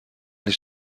هیچ